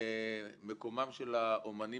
מקומם של האומנים